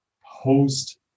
host